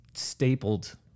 Stapled